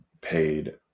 paid